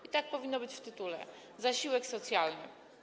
I tak powinno być w tytule: zasiłek socjalny.